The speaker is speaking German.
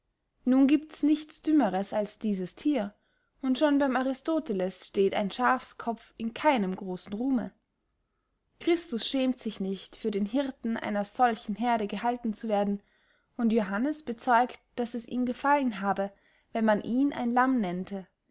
nun giebts nichts dümmers als dieses thier und schon beym aristoteles steht ein schafskopf in keinem grossen ruhme christus schämt sich nicht für den hirten einer solchen heerde gehalten zu werden und johannes bezeugt daß es ihm gefallen habe wenn man ihn ein lamm nennte